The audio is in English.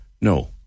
no